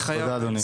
אני חייב לסיים.